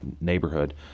neighborhood